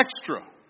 Extra